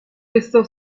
restò